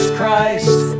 Christ